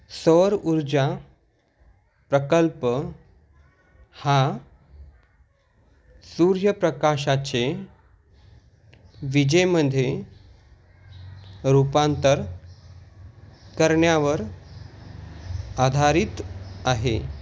सौरऊर्जा प्रकल्प हा सूर्यप्रकाशाचे विजेमध्ये रूपांतर करण्यावर आधारित आहे